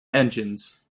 engines